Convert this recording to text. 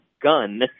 gun